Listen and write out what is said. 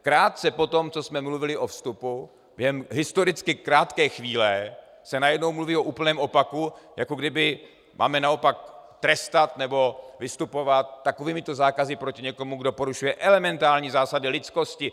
Krátce po tom, co jsme mluvili o vstupu, během historicky krátké chvíle se najednou mluví o úplném opaku, jako když máme najednou trestat, nebo vystupovat s takovýmito zákazy proti někomu, kdo porušuje elementární zásady lidskosti.